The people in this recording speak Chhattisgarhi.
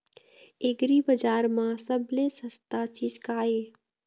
एग्रीबजार म सबले सस्ता चीज का ये?